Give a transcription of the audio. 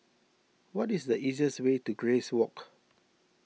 what is the easiest way to Grace Walk